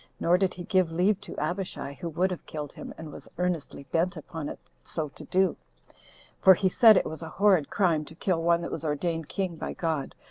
nor did he give leave to abishai, who would have killed him, and was earnestly bent upon it so to do for he said it was a horrid crime to kill one that was ordained king by god,